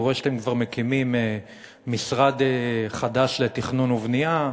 אני רואה שאתם כבר מקימים משרד חדש לתכנון ובנייה,